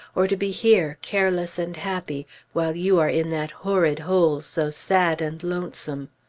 or to be here, careless and happy while you are in that horrid hole so sad and lonesome.